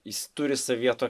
jis turi savyje tokią